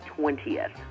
20th